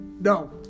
No